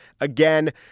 again